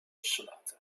sonata